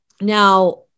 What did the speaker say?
now